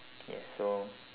ya so